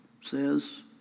says